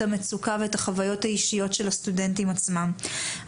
המצוקה ואת החוויות האישיות של הסטודנטים עצמם.